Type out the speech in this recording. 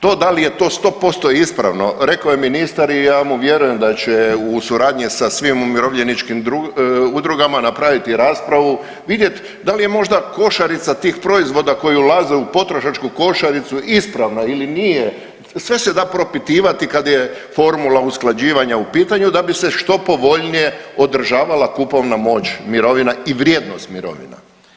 To da li je to sto posto ispravno rekao je ministar i ja mu vjerujem da će u suradnji sa svim umirovljeničkim udrugama napraviti raspravu, vidjet da li je možda košarica tih proizvoda koji ulaze u potrošačku košaricu ispravna ili nije sve se da propitivati kad je formula usklađivanja u pitanju da bi se što povoljnije održavala kupovna moć mirovina i vrijednost mirovina.